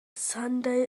sunday